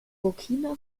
burkina